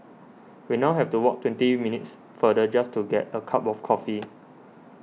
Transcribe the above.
we now have to walk twenty minutes farther just to get a cup of coffee